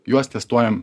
juos testuojam